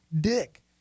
Dick